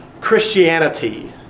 Christianity